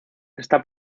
está